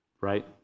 right